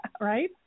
Right